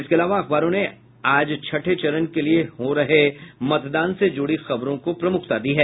इसके अलावा अखबारों ने आज छठे चरण के लिये हो रहे मतदान से जुड़ी खबरों को प्रमुखता दी है